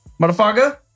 Motherfucker